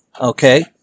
okay